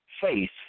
faith